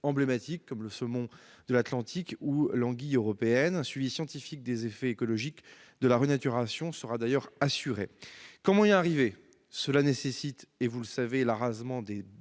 comme le saumon de l'Atlantique ou l'anguille européenne. Un suivi scientifique des effets écologiques de la renaturation sera d'ailleurs assuré. Comment y parvenir ? Il faut procéder à l'arasement des deux